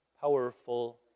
powerful